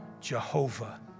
Jehovah